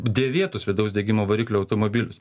dėvėtus vidaus degimo variklio automobilius